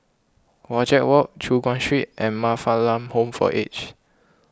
Wajek Walk Choon Guan Street and Man Fatt Lam Home for Aged